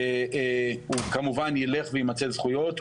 הוא כמובן יילך וימצה זכויות,